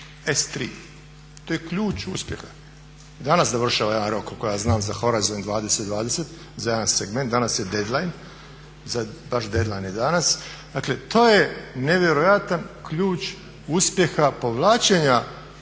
S3, to je ključ uspjeha. Danas završava jedan rok koliko ja znam, za … 2020, za jedan segment, danas je deadline. Dakle to je nevjerojatan ključ uspjeha povlačenja